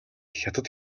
хятад